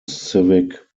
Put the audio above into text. civic